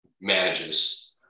manages